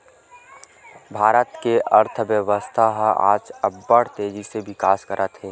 भारत के अर्थबेवस्था ह आज अब्बड़ तेजी ले बिकास करत हे